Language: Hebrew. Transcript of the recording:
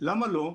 למה לא?